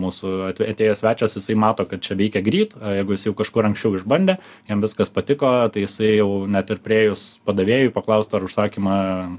mūsų atėjęs svečias jisai mato kad čia veikia gryt a jeigu jis jau kažkur anksčiau išbandė jam viskas patiko tai jisai jau net ir priėjus padavėjui paklaust ar užsakymą